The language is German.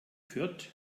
fürth